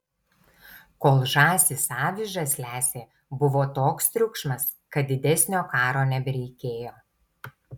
kol žąsys avižas lesė buvo toks triukšmas kad didesnio karo nebereikėjo